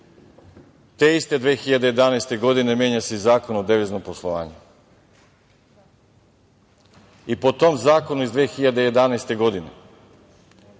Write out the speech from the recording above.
Te iste 2011. godine menja se i Zakon o deviznom poslovanju, i po tom zakonu iz 2011. godine